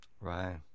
Right